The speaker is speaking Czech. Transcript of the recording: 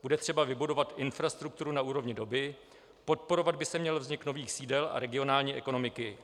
Bude třeba vybudovat infrastrukturu na úrovni doby, podporovat by se měl vznik nových sídel a regionální ekonomiky.